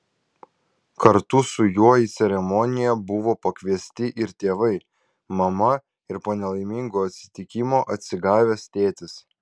kartu su juo į ceremoniją buvo pakviesti ir tėvai mama ir po nelaimingo atsitikimo atsigavęs tėtis